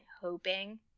hoping